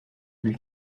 lui